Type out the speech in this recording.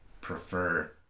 prefer